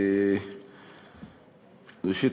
ראשית,